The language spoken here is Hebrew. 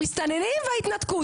המסתננים וההתנתקות,